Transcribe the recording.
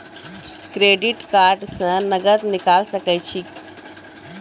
Credit card से नगद निकाल सके छी?